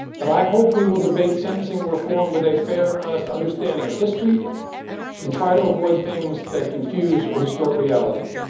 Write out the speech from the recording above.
but i hope we will debate sentencing reform with a fair and honest understanding of history and try to avoid things that confuse or distort reality.